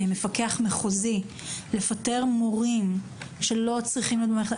מפקח מחוזי לפטר מורים שלא צריכים להיות במערכת.